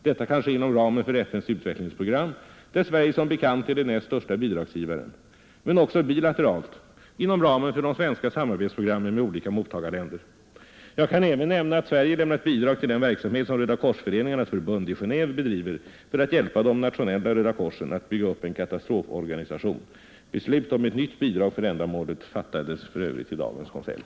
Detta kan ske inom ramen för FNs utvecklingsprogram, där Sverige som bekant är den näst största bidragsgivaren, men också bilateralt inom ramen för de svenska samarbetsprogrammen med olika mottagarländer. Jag kan även nämna att Sverige lämnat bidrag till den verksamhet som Röda kors-föreningarnas förbund i Genéve bedriver för att hjälpa de nationella Röda korsen att bygga upp en katastroforganisation. Beslut om ett nytt bidrag för ändamålet fattades för övrigt i dagens konselj.